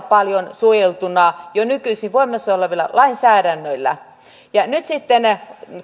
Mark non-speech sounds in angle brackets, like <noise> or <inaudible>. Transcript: <unintelligible> paljon suojeltuina jo nykyisin voimassa olevalla lainsäädännöllä mutta nyt sitten